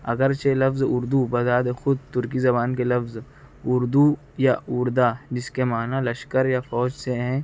اگرچہ لفظ اردو بذات خود ترکی زبان کے لفظ اردو یا اردہ جس کے معنی لشکر یا فوج سے ہیں